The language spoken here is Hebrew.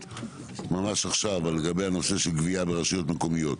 ממש עכשיו לגבי הנושא של גבייה ברשויות מקומיות.